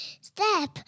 step